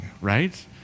right